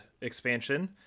expansion